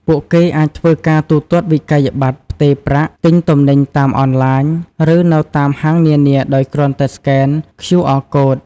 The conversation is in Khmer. ពួកគេអាចធ្វើការទូទាត់វិក្កយបត្រ ផ្ទេរប្រាក់ ទិញទំនិញតាមអនឡាញ ឬនៅតាមហាងនានាដោយគ្រាន់តែស្កេន ខ្យូ អរ កូដ (QR Code)។